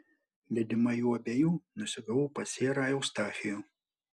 lydima jų abiejų nusigavau pas serą eustachijų